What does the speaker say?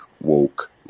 woke